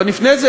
אבל לפני זה,